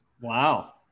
Wow